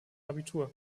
abitur